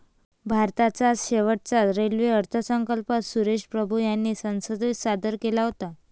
भारताचा शेवटचा रेल्वे अर्थसंकल्प सुरेश प्रभू यांनी संसदेत सादर केला होता